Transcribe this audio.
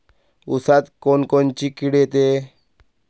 ऊसात कोनकोनची किड येते?